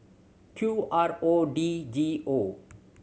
Q R O D G O